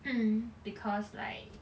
because like